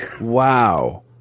Wow